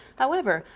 however,